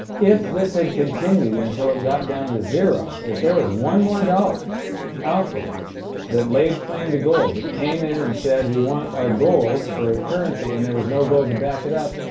if this had continued until it got down to zero, if there was one more dollar out there that laid claim to gold, that came in and said, we want our gold for ah currency and there was no gold to back it up,